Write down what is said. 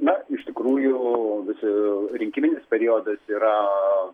na iš tikrųjų visi rinkiminis periodas yra